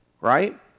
Right